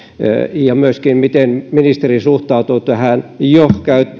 ja miten ministeri suhtautuu tähän jo